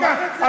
לקח את זה,